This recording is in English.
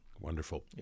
Wonderful